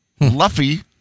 Luffy